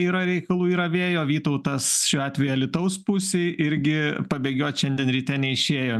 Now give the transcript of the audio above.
yra reikalų yra vėjo vytautas šiuo atveju alytaus pusėj irgi pabėgiot šiandien ryte neišėjo